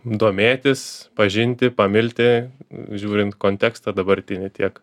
domėtis pažinti pamilti žiūrint kontekstą dabartinį tiek